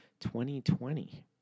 2020